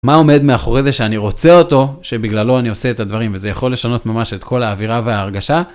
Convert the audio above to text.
מה עומד מאחורי זה שאני רוצה אותו, שבגללו אני עושה את הדברים וזה יכול לשנות ממש את כל האווירה וההרגשה?